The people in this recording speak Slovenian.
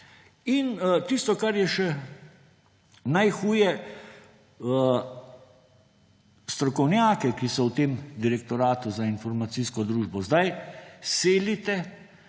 In tisto kar je še najhuje strokovnjake, ki so v tem direktoratu za informacijsko družbo zdaj silite